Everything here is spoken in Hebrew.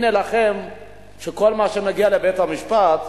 כל מה שמגיע לבית-המשפט,